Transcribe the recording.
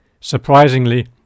Surprisingly